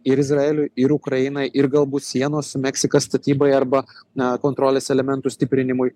ir izraeliui ir ukrainai ir galbūt sienos su meksika statybai arba na kontrolės elementų stiprinimui